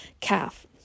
calf